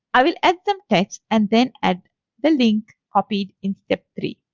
i will add some text and then add the link copied in step three.